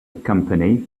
company